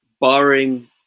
barring